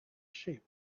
sheep